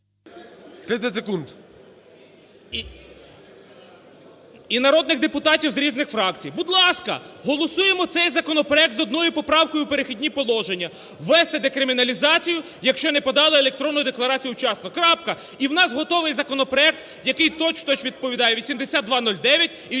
…і народних депутатів з різних фракцій. Будь ласка, голосуємо цей законопроект з одною поправкою в "Перехідні положення": ввести декриміналізацію, якщо не подали електронну декларацію вчасно. Крапка. І в нас готовий законопроект, який точ в точ відповідає 8209 і 8209-1.